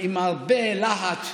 עם הרבה להט,